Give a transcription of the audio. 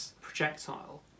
projectile